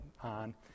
on